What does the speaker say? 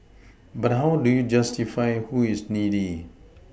but how do you justify who is needy